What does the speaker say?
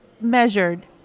measured